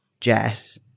jess